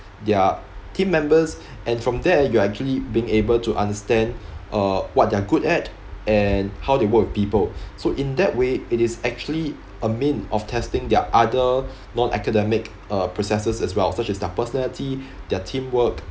their team members and from there you are actually being able to understand uh what they're good at and how they work with people so in that way it is actually a mean of testing their other non-academic uh processes as well such as their personality their teamwork